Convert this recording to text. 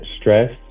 stress